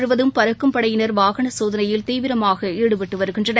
முழுவதும் பறக்கும்படையினர் வாகன சோததைனயில் தீவிரமாக ஈடுபட்டு தமிழகம் வருகின்றனர்